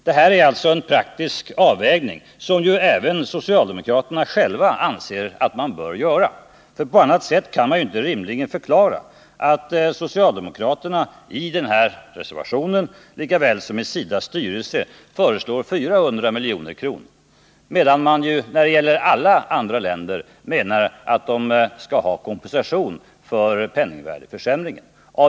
Det här är alltså en praktisk avvägning som ju även socialdemokraterna själva anser att man bör göra — för på annat sätt kan man inte rimligen förklara att socialdemokraterna i reservationen lika väl som i SIDA:s styrelse föreslår 400 milj.kr., medan man när det gäller alla andra länder menar att de skall ha kompensation för penningvärdeförsämringen.